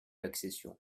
accession